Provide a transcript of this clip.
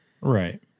Right